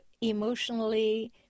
emotionally